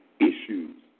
issues